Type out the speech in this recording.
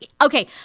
okay